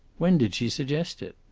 when did she suggest it?